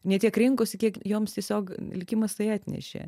ne tiek rinkosi kiek joms tiesiog likimas tai atnešė